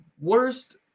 worst –